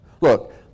Look